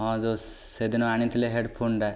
ହଁ ଯୋଉ ସେଦିନ ଆଣିଥିଲେ ହେଡଫୋନଟା